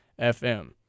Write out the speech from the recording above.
FM